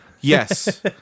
Yes